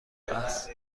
است